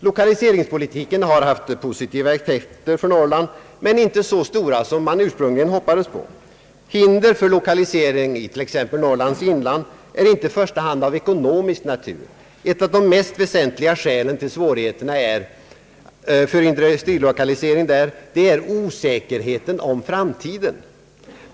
Lokaliseringspolitiken har haft positiva effekter för Norrland men inte så stora som man ursprungligen hoppades. Hindren för lokalisering i t.ex. Norrlands inland är inte i första hand av ekonomisk natur. Ett av de mest väsentliga skälen till svårigheterna för industrilokalisering där är osäkerheten inför framtiden.